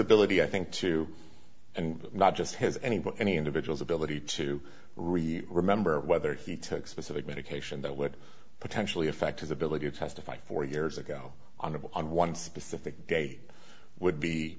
ability i think to and not just has any but any individual's ability to really remember whether he took specific medication that would potentially affect his ability to testify four years ago honorable on one specific day would be